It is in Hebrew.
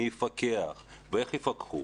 מי יפקח ואיך יפקחו.